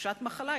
חופשת מחלה,